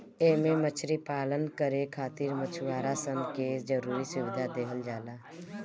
एमे मछरी पालन करे खातिर मछुआरा सन के जरुरी सुविधा देहल जाला